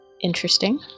Interesting